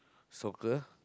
soccer